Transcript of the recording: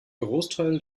großteil